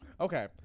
Okay